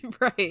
Right